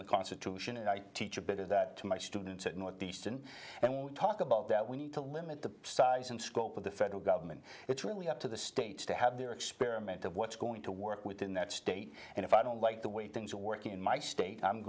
the constitution and i teach a bit of that to my students at northeastern and we talk about that we need to limit the size and scope of the federal government it's really up to the states to have their experiment of what's going to work within that state and if i don't like the way things are working in my state i'm